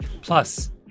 Plus